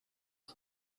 who